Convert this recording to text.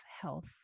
health